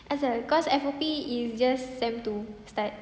asal cause F_O_P is just sem two start